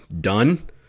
done